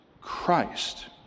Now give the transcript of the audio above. Christ